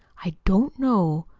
i don't know.